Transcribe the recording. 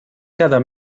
cada